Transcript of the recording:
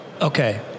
Okay